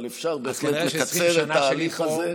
אבל אפשר בהחלט לקצר את ההליך הזה,